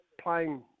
playing